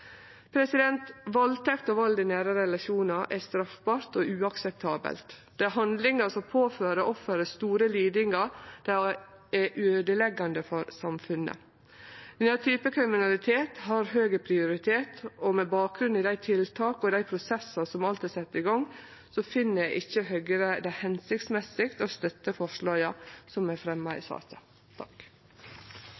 Valdtekt og vald i nære relasjonar er straffbart og uakseptabelt. Det er handlingar som påfører offeret store lidingar, og det er øydeleggjande for samfunnet. Denne typen kriminalitet har høg prioritet, og med bakgrunn i dei tiltaka og dei prosessane som alt er sette i gang, finn ikkje Høgre det hensiktsmessig å støtte forslaga som er fremja i saka. Arbeidarpartiet støttar langt på veg intensjonane i